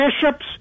bishops